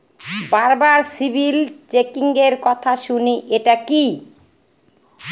বারবার সিবিল চেকিংএর কথা শুনি এটা কি?